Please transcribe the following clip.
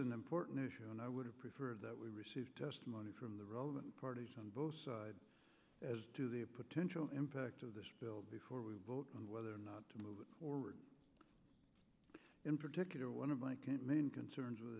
an important issue and i would have preferred that we received testimony from the relevant parties on both sides as to the potential impact of this bill before we vote on whether or not to move forward in particular one of the main concerns with